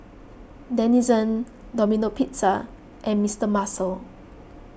Denizen Domino Pizza and Mister Muscle